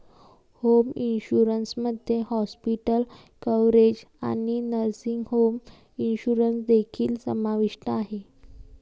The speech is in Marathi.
होम इन्शुरन्स मध्ये हॉस्पिटल कव्हरेज आणि नर्सिंग होम इन्शुरन्स देखील समाविष्ट आहे